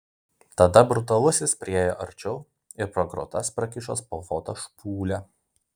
tada brutalusis priėjo arčiau ir pro grotas prakišo spalvotą špūlę